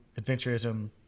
adventurism